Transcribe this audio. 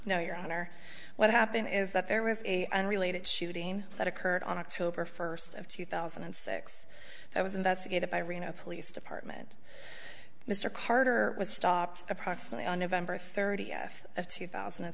know your honor what happened is that there was a unrelated shooting that occurred on october first of two thousand and six that was investigated by reno police department mr carter was stopped approximately on november thirtieth of two thousand and